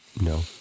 No